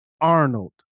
Arnold